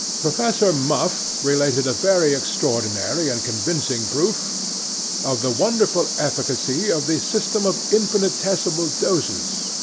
professor muff related a very extraordinary and convincing proof of the wonderful efficacy of the system of infinitesimal doses,